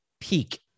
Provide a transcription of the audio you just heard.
peak